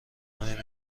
همین